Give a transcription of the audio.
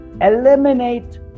eliminate